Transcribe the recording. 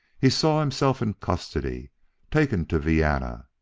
he saw himself in custody taken to vienna.